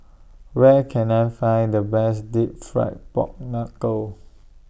Where Can I Find The Best Deep Fried Pork Knuckle